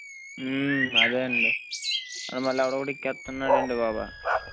అదే అండి మళ్ళీ ఎవడో ఒకడు ఎక్కేస్తున్నాడు అండి బాబు